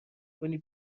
کنی